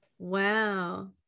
Wow